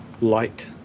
light